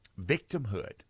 victimhood